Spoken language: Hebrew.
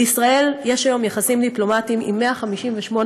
לישראל יש היום יחסים דיפלומטיים עם 158